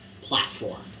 platform